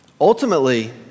Ultimately